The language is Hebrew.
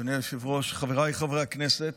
אדוני היושב-ראש, חבריי חברי הכנסת,